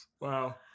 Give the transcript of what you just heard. Wow